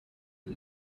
and